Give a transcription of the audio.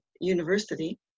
University